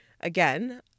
again